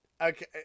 Okay